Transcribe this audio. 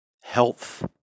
health